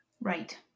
Right